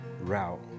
route